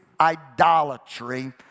idolatry